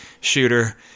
shooter